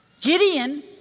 Gideon